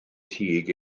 chig